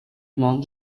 among